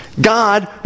God